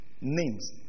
names